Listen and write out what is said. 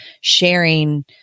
sharing